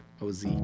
OZ